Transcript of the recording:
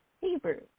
Hebrew